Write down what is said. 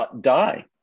die